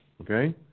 okay